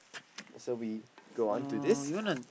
so we go on to this